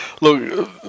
Look